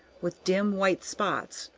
with dim white spots,